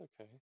okay